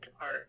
art